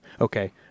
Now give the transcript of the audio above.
Okay